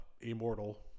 immortal